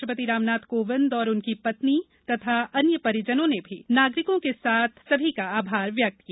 राष्ट्रपति रामनाथ कोविंद और उनकी पत्नी तथा अन्य परिजनों ने भी नागरिकों के साथ आभार व्यक्त किया